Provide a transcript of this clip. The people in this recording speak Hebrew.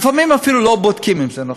לפעמים אפילו לא בודקים אם זה נכון.